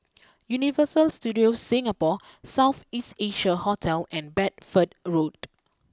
Universal Studios Singapore South East Asia Hotel and Bedford Road